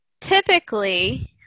typically